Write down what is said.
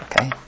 Okay